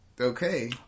Okay